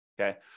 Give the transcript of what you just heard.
okay